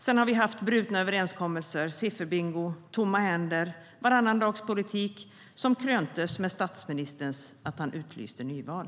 Sedan har vi haft brutna överenskommelser, sifferbingo, tomma händer och varannandagspolitik som kröntes av att statsministern utlyste nyval.